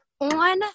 on